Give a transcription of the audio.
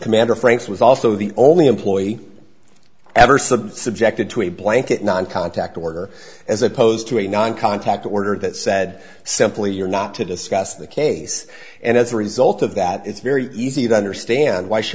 commander franks was also the only employee eversleigh subjected to a blanket non contact order as opposed to a non contact order that said simply you're not to discuss the case and as a result of that it's very easy to understand why she